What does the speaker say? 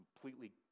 completely